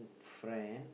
friend